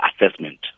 assessment